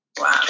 Wow